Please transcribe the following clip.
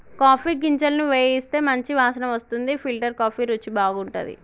coffee గింజలను వేయిస్తే మంచి వాసన వస్తుంది ఫిల్టర్ కాఫీ రుచి బాగుంటది